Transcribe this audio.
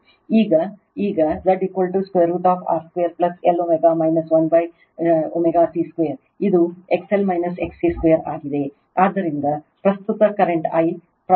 ಈಗ ಈಗ Z√R 2 Lω 1ω C 2 ಅದು XL XC2ಆಗಿದೆ